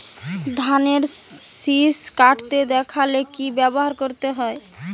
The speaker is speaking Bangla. ধানের শিষ কাটতে দেখালে কি ব্যবহার করতে হয়?